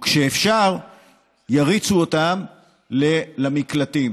וכשאפשר יריצו אותם למקלטים,